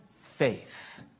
faith